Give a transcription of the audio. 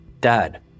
Dad